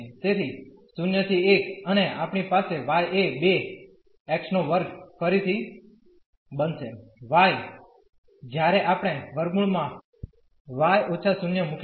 તેથી 0 ¿1 અને આપણી પાસે y એ 2 x2 ફરીથી બનશે y જ્યારે આપણે √ y − 0 મૂકીશું